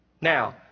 Now